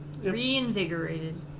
Reinvigorated